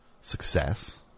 success